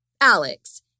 Alex